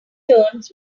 turns